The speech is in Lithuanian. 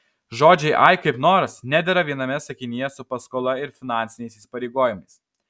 žodžiai ai kaip nors nedera viename sakinyje su paskola ir finansiniais įsipareigojimais